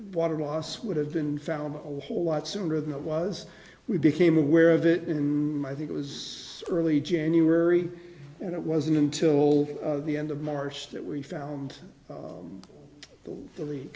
water loss would have been found a whole lot sooner than it was we became aware of it in i think it was early january and it wasn't until the end of march that we found